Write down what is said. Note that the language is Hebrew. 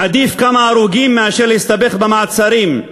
עדיף כמה הרוגים מאשר להסתבך במעצרים.